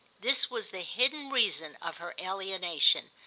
this was the hidden reason of her alienation.